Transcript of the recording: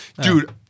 Dude